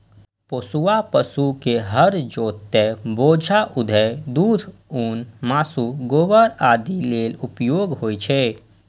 पोसुआ पशु के हर जोतय, बोझा उघै, दूध, ऊन, मासु, गोबर आदि लेल उपयोग होइ छै